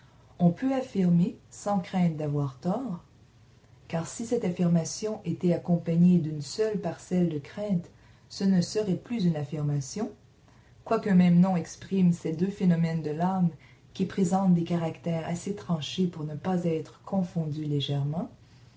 on peut affirmer sans crainte d'avoir tort car si cette affirmation était accompagnée d'une seule parcelle de crainte ce ne serait plus une affirmation quoiqu'un même nom exprime ces deux phénomènes de l'âme qui présentent des caractères assez tranchés pour ne pas être confondus légèrement